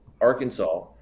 Arkansas